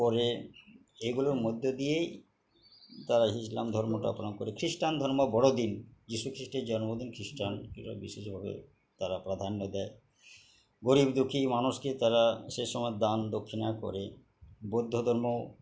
করে এগুলোর মধ্য দিয়েই তারা ইসলাম ধর্মটা পালণ করে খ্রিস্টান ধর্ম বড়দিন যীশু খ্রিস্টের জন্মদিন খ্রিস্টান গুলা বিশেষভাবে তারা প্রাধান্য দেয় গরীব দুঃখী মানুষকে তারা সেই সময় দান দক্ষিণা করে বৌদ্ধ ধর্ম